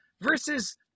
versus